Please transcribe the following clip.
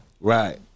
right